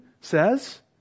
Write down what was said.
says